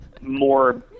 more